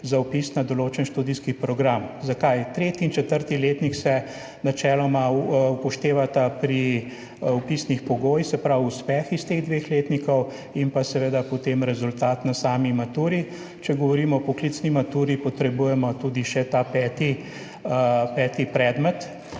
za vpis na določen študijski program. Zakaj? Tretji in četrti letnik se načeloma upoštevata pri vpisnih pogojih, se pravi uspeh iz teh dveh letnikov, in pa seveda potem rezultat na sami maturi. Če govorimo o poklicni maturi, potrebujemo tudi še peti predmet